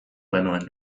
genuen